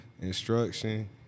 instruction